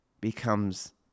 becomes